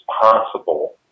possible